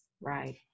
right